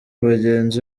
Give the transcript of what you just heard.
bagenzi